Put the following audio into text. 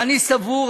ואני סבור,